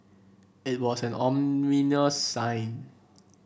it was an ominous sign